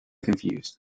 confused